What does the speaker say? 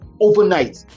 overnight